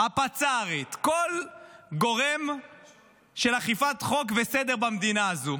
הפצ"רית, כל גורם של אכיפת חוק וסדר במדינה הזו.